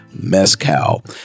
Mezcal